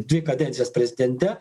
dvi kadencijas prezidente